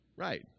Right